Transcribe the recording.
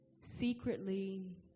secretly